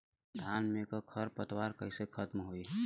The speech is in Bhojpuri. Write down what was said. धान में क खर पतवार कईसे खत्म होई?